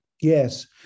Yes